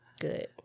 Good